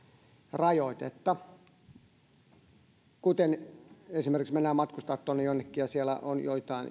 rajoitetta esimerkiksi jos mennään matkustamaan jonnekin ja siellä on joitain